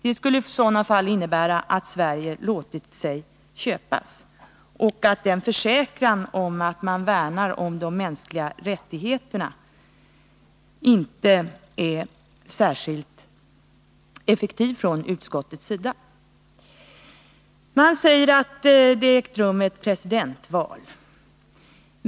Det skulle i sådana fall innebära att Sverige har låtit sig köpas och att den försäkran från utskottets sida att vi värnar om de mänskliga rättigheterna inte är särskilt trovärdig. Utskottet säger att det har ägt rum ett presidentval.